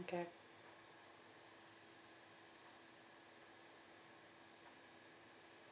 K